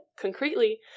concretely